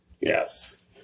Yes